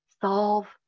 solve